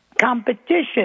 competition